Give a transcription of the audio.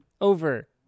over